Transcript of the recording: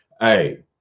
Hey